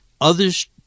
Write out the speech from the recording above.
Others